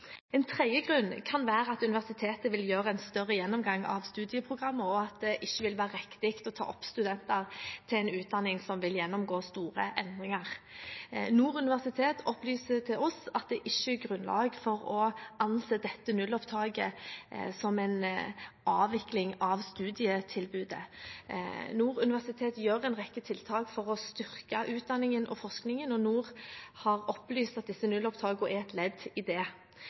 En tredje grunn kan være at universitetet vil gjøre en større gjennomgang av studieprogrammet, og at det ikke vil være riktig å ta opp studenter til en utdanning som vil gjennomgå store endringer. Nord universitet opplyser til oss at det ikke er grunnlag for å anse dette nullopptaket som en avvikling av studietilbudet. Nord universitet setter i verk en rekke tiltak for å styrke utdanningen og forskningen, og de har opplyst at disse nullopptakene er et ledd i det.